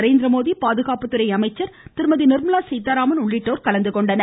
நரேந்திரமோதி பாதுகாப்புத்துறை அமைச்சர் திருமதி நிர்மலா சீதாராமன் உள்ளிட்டோர் கலந்துகொண்டனர்